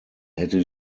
hätte